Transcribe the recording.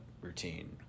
routine